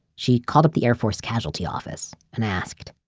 she called up the air force casualty office, and asked,